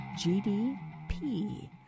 GDP